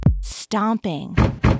Stomping